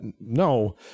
no